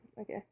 Okay